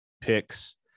picks